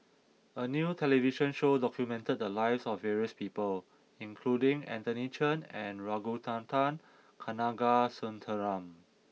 a new television show documented the lives of various people including Anthony Chen and Ragunathar Kanagasuntheram